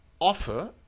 offer